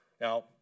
Now